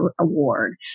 award